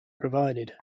provided